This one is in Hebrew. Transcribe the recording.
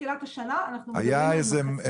מתחילת השנה אנחנו --- זה שלנו,